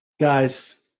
Guys